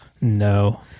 No